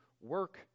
work